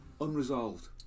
unresolved